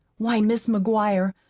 why, mis' mcguire,